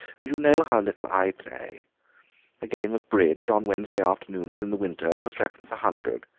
and you know how little i play a game of bridge on wednesday afternoons in the winter, for three-pence a hundred,